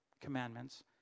commandments